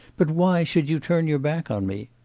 but why should you turn your back on me?